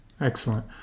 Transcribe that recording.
excellent